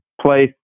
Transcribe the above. place